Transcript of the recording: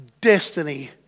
destiny